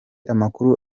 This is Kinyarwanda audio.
amakuru